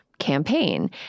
campaign